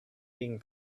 being